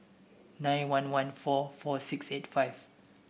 nine one one four four six eight five